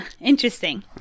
interesting